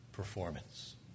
performance